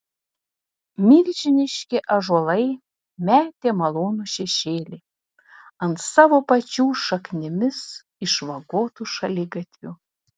milžiniški ąžuolai metė malonų šešėlį ant savo pačių šaknimis išvagotų šaligatvių